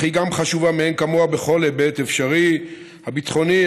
אך היא גם חשובה מאין כמוה בכל היבט אפשרי: הביטחוני,